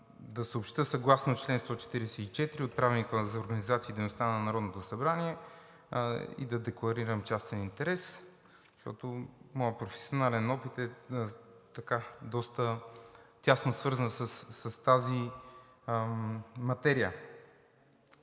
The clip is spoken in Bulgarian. да съобщя – съгласно чл. 144 от Правилника за организацията и дейността на Народното събрание, и да декларирам частен интерес, защото моят професионален опит е доста тясно свързан с тази материя.